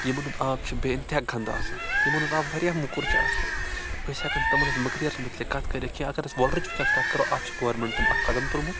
یِمَن ہُنٛد آب چھُ بے اِنتِہا گنٛدٕ آسان یِمَن ہُنٛد آب واریاہ موٚکُر چھُ آسان أسۍ ہیٚکو نہٕ تٕمَن ہٕنٛد مٔکریرَس مُتعلِق کَتھ کٔرِتھ کینٛہہ اگر أسۍ وۄلرٕچ وٕنکیٚنَس کَتھ کَرو اَتھ چھِ گورمیٚنٛٹَن اَکھ قدم تُلمُت